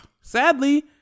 sadly